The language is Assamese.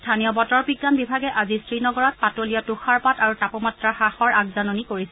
স্থানীয় বতৰ বিজ্ঞান বিভাগে আজি শ্ৰীনগৰত পাতলীয়া তৃষাৰপাত আৰু তাপমাত্ৰা হাসৰ আগজাননী কৰিছিল